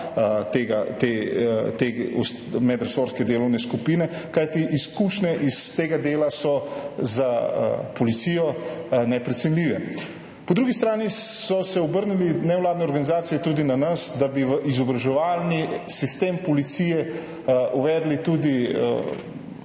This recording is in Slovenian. te medresorske delovne skupine, kajti izkušnje iz tega dela so za policijo neprecenljive. Po drugi strani so se obrnile nevladne organizacije tudi na nas, da bi v izobraževalni sistem policije uvedli tudi